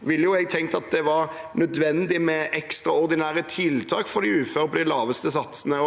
ha tenkt at det var nødvendig med ekstraordinære tiltak for de uføre som er på de laveste satsene.